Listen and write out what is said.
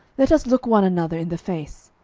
let us look one another in the face.